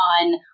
on